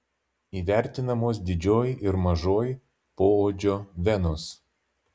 įvertinamos didžioji ir mažoji poodžio venos